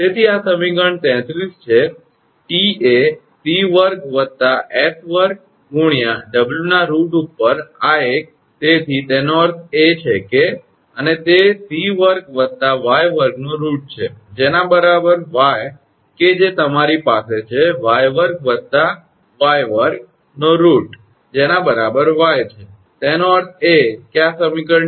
તેથી આ સમીકરણ 33 છે T એ c વર્ગ વતા s વર્ગ ગુણયા W ના રુટ ઉપર આ એક તેથી તેનો અર્થ એ છે કે અને તે c વર્ગ વત્તા y વર્ગ નો રુટ છે જેના બરાબર y કે જે તમારે પાસે છે c વર્ગ વત્તા y વર્ગ નો રુટ છે જેના બરાબર y છે